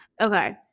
Okay